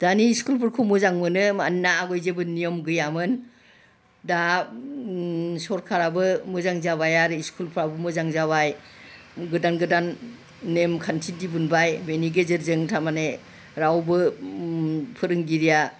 दानि स्कुलफोरखौ मोजां मोनो मानोना आवगाय जेबो नियम गैयामोन दा सरखाराबो मोजां जाबाय आरो स्कुलफ्राबो मोजां जाबाय गोदान गोदान नेम खान्थि दिहुनबाय बेनि गेजेरजों थारमाने रावबो फोरोंगिरिया